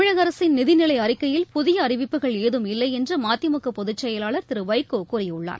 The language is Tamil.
தமிழக அரசின் நிதி நிலை அறிக்கையில் புதிய அறிவிப்புகள் ஏதும் இல்லை என்று மதிமுக பொதுச் செயலாளர் திரு வைகோ கூறியுள்ளார்